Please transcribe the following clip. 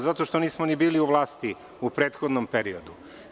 Zato što nismo ni bili u vlasti u prethodnom periodu.